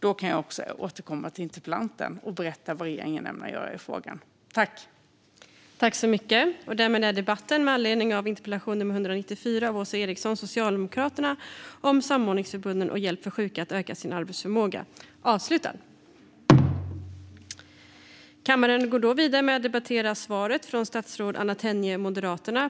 Då kan jag också återkomma till interpellanten och berätta vad regeringen ämnar göra i frågan.